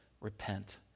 repent